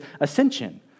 ascension